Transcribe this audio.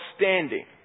standing